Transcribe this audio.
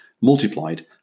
multiplied